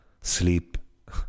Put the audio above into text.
sleep